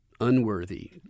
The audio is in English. Unworthy